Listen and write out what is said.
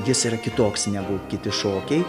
jis yra kitoks negu kiti šokiai